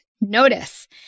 notice